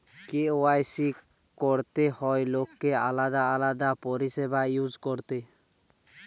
KYC করতে হয় লোককে আলাদা আলাদা পরিষেবা ইউজ করতে